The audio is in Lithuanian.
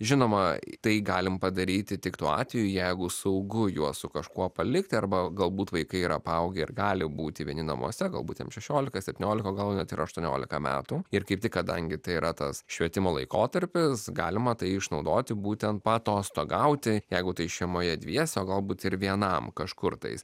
žinoma tai galim padaryti tik tuo atveju jeigu saugu juos su kažkuo palikti arba galbūt vaikai yra paaugę ir gali būti vieni namuose galbūt jiem šešiolika septyniolika gal net ir aštuoniolika metų ir kaip tik kadangi tai yra tas švietimo laikotarpis galima tai išnaudoti būtent paatostogauti jeigu tai šeimoje dviese o galbūt ir vienam kažkur tais